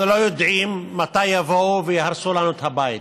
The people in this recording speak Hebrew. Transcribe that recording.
אנחנו לא יודעים מתי יבואו ויהרסו לנו את הבית.